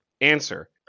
Answer